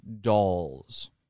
dolls